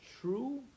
true